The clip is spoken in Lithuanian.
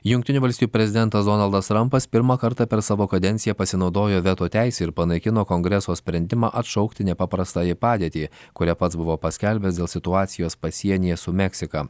jungtinių valstijų prezidentas donaldas trampas pirmą kartą per savo kadenciją pasinaudojo veto teise ir panaikino kongreso sprendimą atšaukti nepaprastąją padėtį kurią pats buvo paskelbęs dėl situacijos pasienyje su meksika